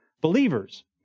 believers